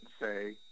say